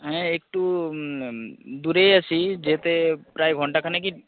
হ্যাঁ একটু দূরেই আছি যেতে প্রায় ঘণ্টা খানেকই